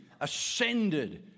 ascended